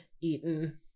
eaten